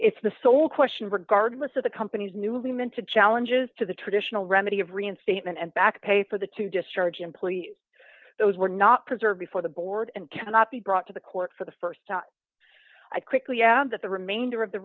it's the sole question regardless of the company's newly minted challenges to the traditional remedy of reinstatement and back pay for the two discharge employee those were not preserved before the board and cannot be brought to the court for the st time i quickly add that the remainder of the